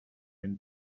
mint